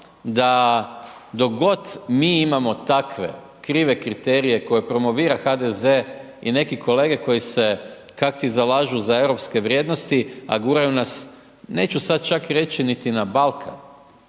da dok god mi imamo takve krive kriterije koje promovira HDZ i neki kolege koji se kakti zalažu za europske vrijednosti, a guraju nas neću sad čak reći niti na Balkan,